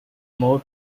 more